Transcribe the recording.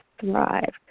thrive